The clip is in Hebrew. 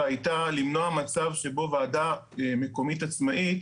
הייתה למנוע מצב שבו ועדה מקומית עצמאית